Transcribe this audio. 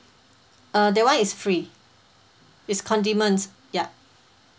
uh that one is free it's condiments ya